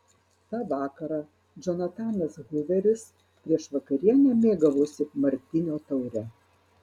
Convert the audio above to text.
tą vakarą džonatanas huveris prieš vakarienę mėgavosi martinio taure